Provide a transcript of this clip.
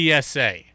PSA